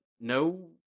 no